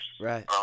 right